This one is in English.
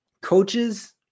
Coaches